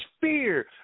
fear